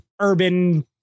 urban